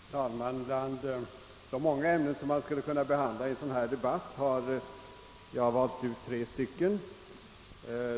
Herr talman! Bland de många ämnen som man skulle kunna behandla i en sådan här debatt har jag valt ut tre stycken.